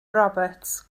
roberts